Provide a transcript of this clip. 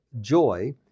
joy